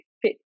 fit